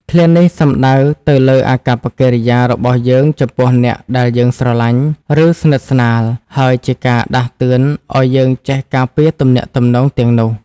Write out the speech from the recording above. ឃ្លានេះសំដៅទៅលើអាកប្បកិរិយារបស់យើងចំពោះអ្នកដែលយើងស្រឡាញ់ ឬស្និទ្ធស្នាល ហើយជាការដាស់តឿនឲ្យយើងចេះការពារទំនាក់ទំនងទាំងនោះ។